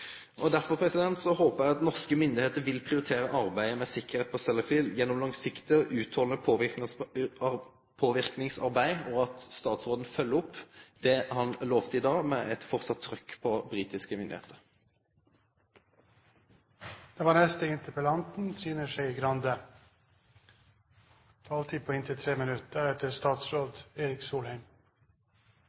Derfor håper eg at norske myndigheiter vil prioritere arbeidet med sikkerheit på Sellafield gjennom langsiktig og uthaldande påverknadsarbeid, og at statsråden følgjer opp det han lova i dag med eit stadig trykk på britiske myndigheiter. For det første vil jeg takke Stortinget for at alle partiene på